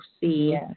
see